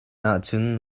ahcun